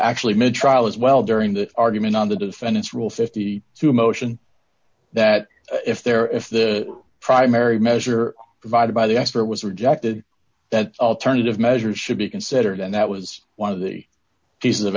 actually made trial as well during that argument on the defendants rule fifty two dollars a motion that if there if the primary measure provided by the expert was rejected that alternative measures should be considered and that was one of the pieces of